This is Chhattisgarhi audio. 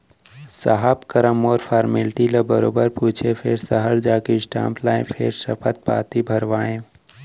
साहब करा मोर फारमेल्टी ल बरोबर पूछें फेर सहर जाके स्टांप लाएँ फेर सपथ पाती भरवाएंव